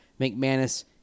McManus